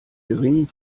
geringen